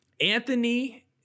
Anthony